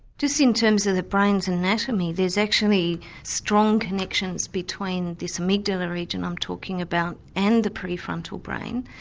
just in terms of the brain's anatomy there's actually strong connections between this amygdala region i'm talking about and the pre-frontal brain.